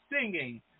singing